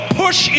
push